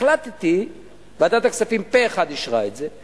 החלטתי ועדת הכספים פה אחד אישרה את זה.